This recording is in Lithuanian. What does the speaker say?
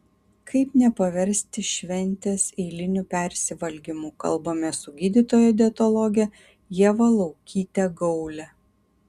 kaip nepaversti šventės eiliniu persivalgymu kalbamės su gydytoja dietologe ieva laukyte gaule